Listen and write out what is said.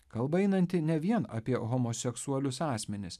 kalba einanti ne vien apie homoseksualius asmenis